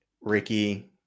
ricky